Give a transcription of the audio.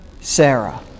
Sarah